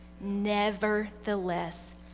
Nevertheless